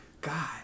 God